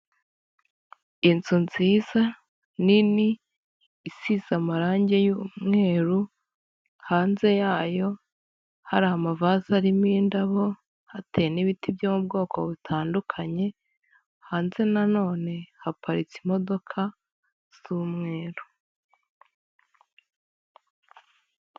Inzu nziza nini, isize amarangi y'umweru, hanze yayo hari amavaze arimo indabo hateye n'ibiti byo mu bwoko butandukanye, hanze nanone haparitse imodoka z'umweru.